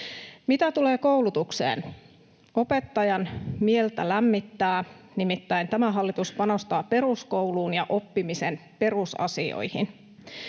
Mitä tulee koulutukseen, opettajan mieltä lämmittää, nimittäin tämä hallitus panostaa peruskouluun ja oppimisen perusasioihin.